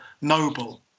Noble